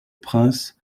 prince